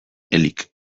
elik